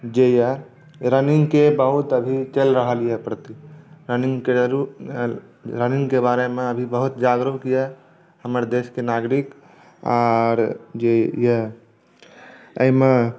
जे यऽ रन्निंग के बहुत अभी चलि रहल यए प्रति रन्निंग के रन्निंग के बारे मे अभी बहुत जागरूक यऽ हमर देश के नागरिक आर जे यऽ एहिमे